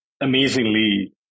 amazingly